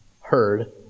heard